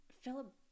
Philip